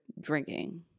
drinking